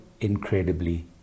incredibly